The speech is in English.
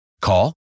call